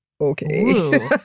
okay